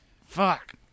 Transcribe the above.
Fuck